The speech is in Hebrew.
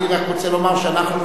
אני רק רוצה לומר שאנחנו,